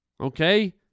Okay